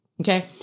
Okay